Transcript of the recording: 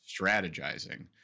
strategizing